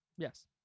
Yes